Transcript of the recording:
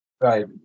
Right